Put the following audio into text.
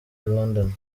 london